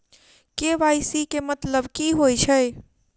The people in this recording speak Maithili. के.वाई.सी केँ मतलब की होइ छै?